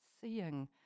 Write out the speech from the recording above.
seeing